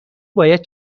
باید